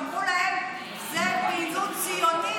אמרו להם: זו פעילות ציונית,